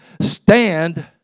Stand